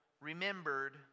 remembered